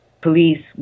police